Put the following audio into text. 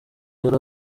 yari